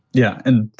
yeah. and